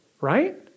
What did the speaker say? right